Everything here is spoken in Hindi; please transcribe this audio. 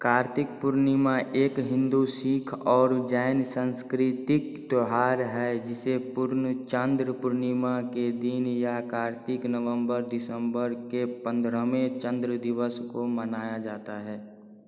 कार्तिक पूर्णिमा एक हिंदू सिख और जैन संस्कृतिक त्योहार है जिसे पूर्ण चन्द्र पूर्णिमा के दिन या कार्तिक नवंबर दिसंबर के पंद्रहवें चंद्र दिवस को मनाया जाता है